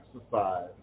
exercise